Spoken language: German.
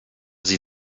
sie